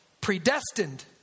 predestined